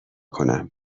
کنم